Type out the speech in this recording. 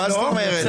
לא.